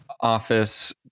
office